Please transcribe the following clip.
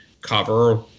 cover